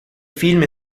film